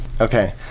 okay